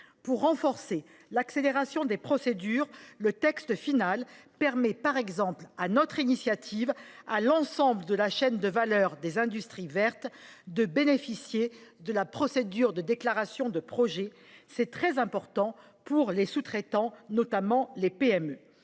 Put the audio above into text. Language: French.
de renforcer l’accélération des procédures, le texte final permet, sur notre initiative, à l’ensemble de la chaîne de valeur des industries vertes de bénéficier de la procédure de déclaration de projet : c’est très important pour les sous-traitants, notamment les PME.